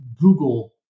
Google